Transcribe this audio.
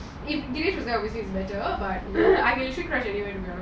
if delia was there it will be better but I can crash anywhere